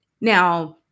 Now